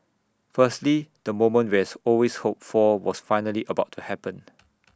firstly the moment we has always hoped for was finally about to happened